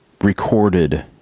recorded